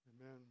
amen